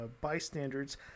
Bystanders